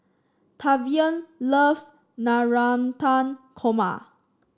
Tavian loves Navratan Korma